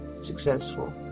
successful